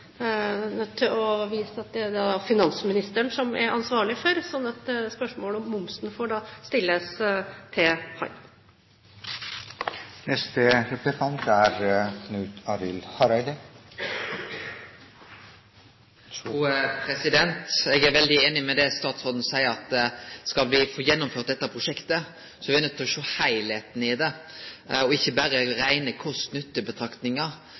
til å vise til at det er det finansministeren som er ansvarlig for, så spørsmålet om momsen får stilles til ham. Eg er veldig einig i det statsråden seier, at skal me få gjennomført dette prosjektet, er me nøydde til å sjå på heilskapen i det og ikkje berre